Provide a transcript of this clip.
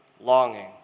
longing